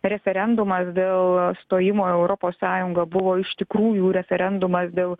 referendumas dėl stojimo į europos sąjungą buvo iš tikrųjų referendumas dėl